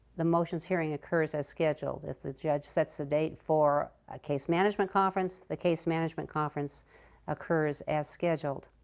the motions hearing occurs as scheduled. if the judge sets a date for a case management conference, the case management conference occurs as scheduled.